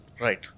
Right